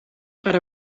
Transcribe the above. per